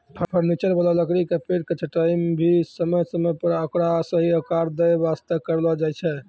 furniture वाला लकड़ी के पेड़ के छंटाई भी समय समय पर ओकरा सही आकार दै वास्तॅ करलो जाय छै